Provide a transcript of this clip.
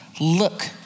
Look